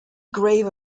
grave